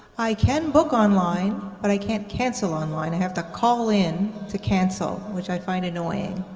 i can book online but i can't cancel online, i have to call in to cancel, which i find annoying.